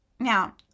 Now